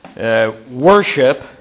worship